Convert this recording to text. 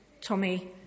Tommy